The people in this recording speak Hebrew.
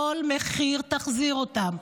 בכל מחיר תחזיר אותם,